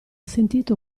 sentito